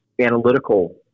analytical